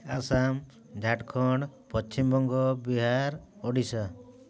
Assam Jharkhand Paschimbanga Bihar Odisha